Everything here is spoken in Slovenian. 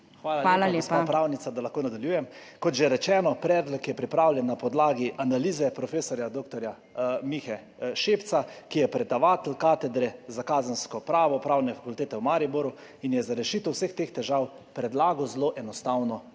Hvala lepa, gospa pravnica, da lahko nadaljujem. Kot že rečeno, predlog je pripravljen na podlagi analize profesorja dr. Mihe Šepca, ki je predavatelj Katedre za kazensko pravo Pravne fakultete Maribor in je za rešitev vseh teh težav predlagal zelo enostavno